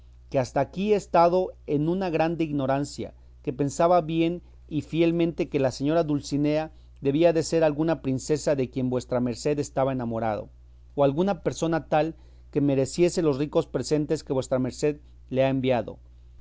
que hasta aquí he estado en una grande ignorancia que pensaba bien y fielmente que la señora dulcinea debía de ser alguna princesa de quien vuestra merced estaba enamorado o alguna persona tal que mereciese los ricos presentes que vuestra merced le ha enviado